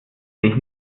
dich